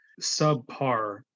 subpar